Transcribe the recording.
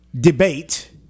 debate